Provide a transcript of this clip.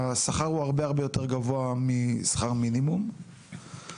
השכר הוא הרבה הרבה יותר גבוה משכר מינימום ו-